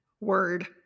Word